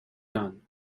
done